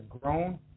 grown